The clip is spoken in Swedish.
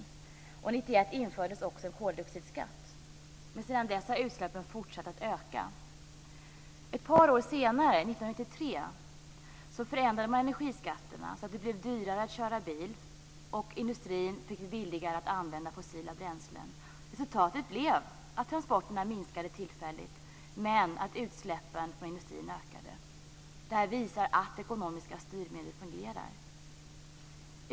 År 1991 infördes också en koldioxidskatt. Sedan dess har dock utsläppen fortsatt att öka. Ett par år senare, 1993, förändrade man energiskatterna så att det blev dyrare att köra bil och billigare för industrin att använda fossila bränslen. Resultatet blev att transporterna tillfälligt minskade medan utsläppen från industrin ökade. Det här visar att ekonomiska styrmedel fungerar.